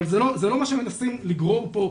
אבל זה לא מה שמנסים לגרור פה,